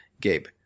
Gabe